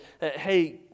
Hey